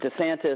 DeSantis